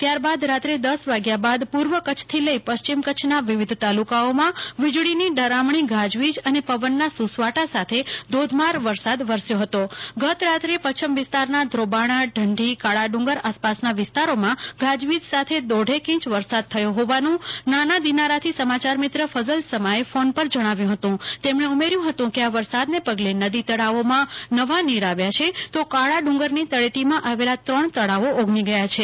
ત્યારબાદ રાત્રે દશ વાગ્યા બાદ પુર્વ કચ્છથી લઈ પશ્ચિમ કચ્છના વિવિધ તાલુ કાઓમાં વીજળીની ડરામણી ગાજવીજ અને પવનના સુ સવાટા સાથે ધોધમાર વરસાદ વરસી ગયો હતો ગત રાત્રે પચ્છ વિસ્તારના ધ્રોબાણાઢંઢીકાળાડુંગર આસપાસના વિસ્તારોમાં ગાજવીજ સાથે દોઢેક ઈંચ વરસાદ થયો હોવાનું નાના દિનારાથી સમાચાર મિત્ર ફજલ સમાએ ફોન પર જણાવ્યુ હતું તેમણે ઉમેર્યું કે આ વરસાદને પગલે નદીતળાવોમાં નવા નીર આવ્યા છે તો કાળા ડુંગરની તળેટીમાં આવેલ ત્રણ તળાવો ઓગની ગયા છે